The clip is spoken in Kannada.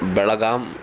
ಬೆಳಗಾಮ್